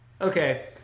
Okay